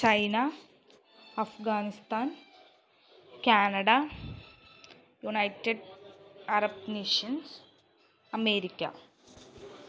China Afghanistan Canada United Arab Nations America